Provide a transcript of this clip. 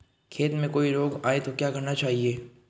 खेत में कोई रोग आये तो क्या करना चाहिए?